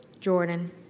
Jordan